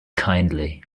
kindly